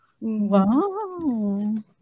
wow